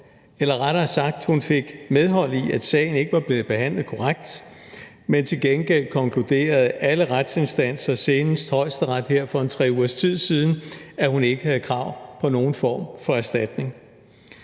eller rettere sagt: Hun fik medhold i, at sagen ikke var blevet behandlet korrekt, men til gengæld konkluderede alle retsinstanser, senest Højesteret for en 3 ugers tid siden, at hun ikke havde krav på nogen form for erstatning.